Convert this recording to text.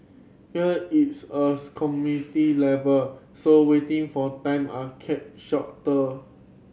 here it's a community level so waiting for time are kept shorter